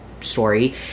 story